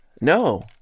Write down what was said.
No